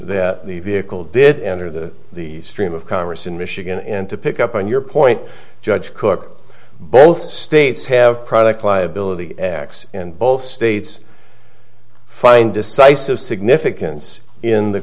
that the vehicle did enter the the stream of congress in michigan and to pick up on your point judge cook both states have product liability acts in both states find decisive significance in the